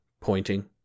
pointing